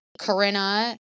corinna